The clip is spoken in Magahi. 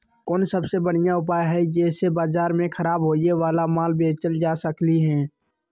कोन सबसे बढ़िया उपाय हई जे से बाजार में खराब होये वाला माल बेचल जा सकली ह?